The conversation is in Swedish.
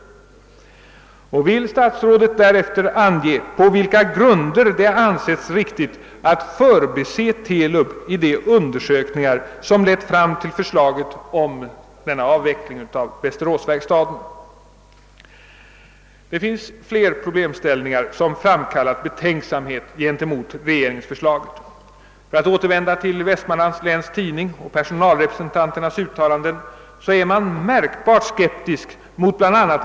Vill statsrådet därefter ange på vilka grunder det ansetts riktigt att förbise TELUB i de undersökningar, som lett fram till förslaget om att verkstaden i Västerås skall avvecklas? Det finns fler problemställningar, som framkallat betänksamhet gentemot regeringsförslaget. För att återvända till Vestmanlands Läns Tidning och personalrepresentanternas uttalanden, så är man märkbart skeptisk mot bla.